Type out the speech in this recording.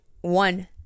one